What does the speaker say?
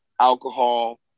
alcohol